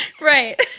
Right